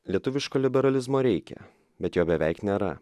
lietuviško liberalizmo reikia bet jo beveik nėra